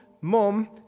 Mom